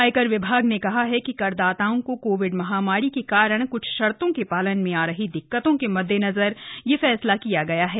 आयकर विभाग ने कहा है कि करदाताओं को कोविड महामारी के कारण कुछ शर्तों के पालन में आ रही दिक्कतों के मद्देनजर यह फैसला किया गया है